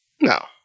No